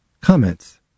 Comments